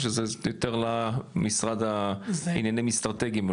או שזה יותר למשרד לעניינים אסטרטגים?